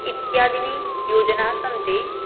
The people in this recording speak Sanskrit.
इत्यादीनि योजनाः सन्ति